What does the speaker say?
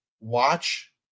watch